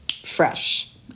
fresh